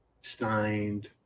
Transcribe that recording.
signed